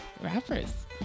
rappers